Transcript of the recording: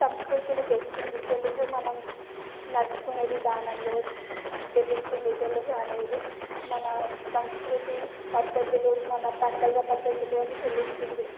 సంస్కృతిని తెస్తుంది తెలుగు మనం నడుచుకునే విధానంలో తెలుస్తుంది తెలుగు అనేది మన సంస్కృతి పద్ధతులు మన పండుగ పద్ధతులు అని తెలుస్తుంది